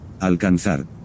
alcanzar